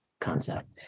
concept